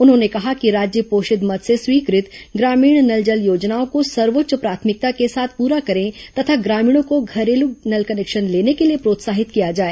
उन्होंने कहा कि राज्य पोषित मद से स्वीकृत ग्रामीण नल जल योजनाओं को सर्वोच्च प्राथमिकता के साथ पूरा करें तथा ग्रामीणों को घरेलू नल कनेक्शन लेने के लिए प्रोत्साहित किया जाए